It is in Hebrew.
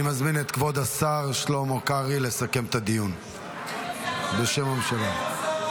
אני מזמין את כבוד השר שלמה קרעי לסכם את הדיון בשם הממשלה.